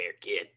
kid